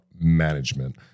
management